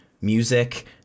music